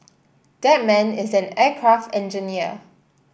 that man is an aircraft engineer